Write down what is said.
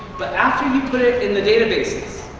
but after you put it in the databases,